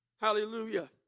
Hallelujah